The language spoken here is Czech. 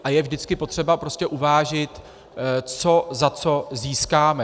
A je vždycky potřeba uvážit, co za co získáme.